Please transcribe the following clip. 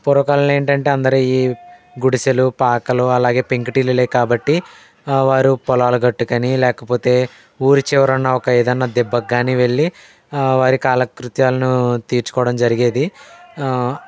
పూర్వకాలం ఏంటంటే అందరూ ఈ గుడిసెలు పాకలు అలాగే పెంకుటిల్లులే కాబట్టి వారు పొలాల గట్టుకుని లేకపోతే ఊరి చివర ఉన్న ఏదైనా దిబ్బకి కాని వెళ్ళి వారి కాలకృత్యాలను తీర్చుకోవడం జరిగేది